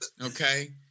okay